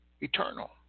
eternal